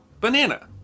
banana